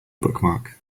bookmark